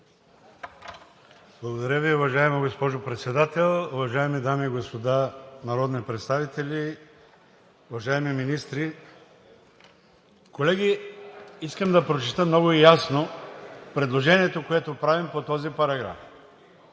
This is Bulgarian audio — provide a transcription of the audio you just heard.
Благодаря Ви, уважаема госпожо Председател, уважаеми дами и господа народни представители, уважаеми министри! Колеги, искам да прочета много ясно предложението, което правим по този параграф: